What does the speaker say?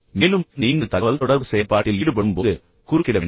மேலும் நீங்கள் தகவல்தொடர்பு செயல்பாட்டில் ஈடுபடும் போது குறுக்கிட வேண்டாம்